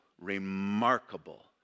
remarkable